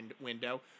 window